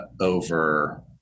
over